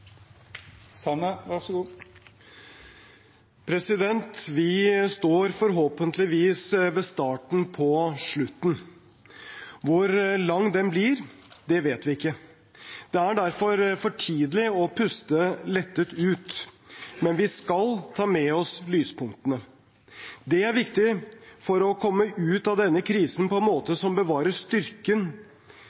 derfor for tidlig å puste lettet ut, men vi skal ta med oss lyspunktene. Det er viktig for å komme ut av denne krisen på en måte som bevarer styrken